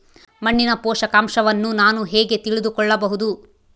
ಮಣ್ಣಿನ ಪೋಷಕಾಂಶವನ್ನು ನಾನು ಹೇಗೆ ತಿಳಿದುಕೊಳ್ಳಬಹುದು?